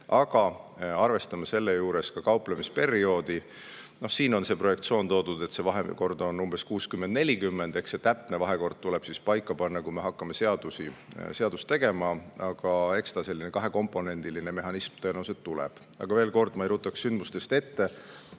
aga arvestame selle juures ka kauplemisperioodi. Siin on toodud selline projektsioon, et see vahekord on umbes 60 : 40, täpne vahekord tuleb paika panna siis, kui me hakkame seadust tegema, aga eks ta selline kahekomponendiline mehhanism tõenäoliselt tuleb. Veel kord: ma ei ruttaks sündmustest ette,